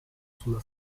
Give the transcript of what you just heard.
sulla